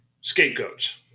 scapegoats